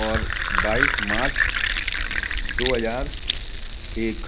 और बाईस मार्च दो हजार एक